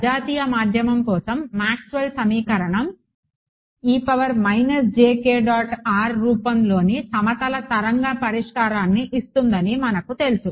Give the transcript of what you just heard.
సజాతీయ మాధ్యమం కోసం మాక్స్వెల్ సమీకరణం రూపంలోని సమతల తరంగ పరిష్కారాన్ని ఇస్తుందని మనకు తెలుసు